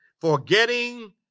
forgetting